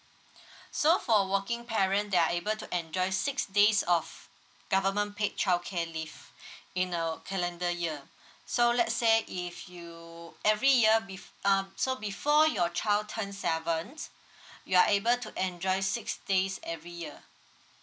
so for working parent they are able to enjoy six days of government paid childcare leave in a calendar year so let's say if you every year bef~ uh so before your child turn seven you are able to enjoy six days every year